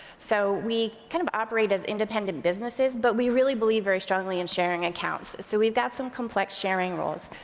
so we kind of operate as independent businesses but we really believe very strongly in sharing accounts, so we've got some complex sharing rules.